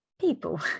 people